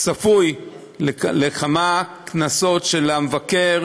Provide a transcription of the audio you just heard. צפוי לכמה קנסות של המבקר,